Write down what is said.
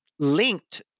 linked